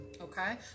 okay